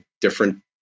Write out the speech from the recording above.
different